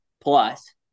plus